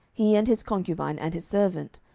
he, and his concubine, and his servant,